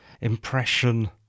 impression